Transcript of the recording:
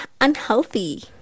unhealthy